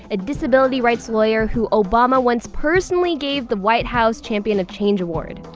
a disability rights lawyer who obama once personally gave the white house champion of change award.